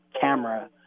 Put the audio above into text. camera